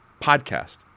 podcast